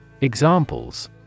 Examples